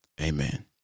Amen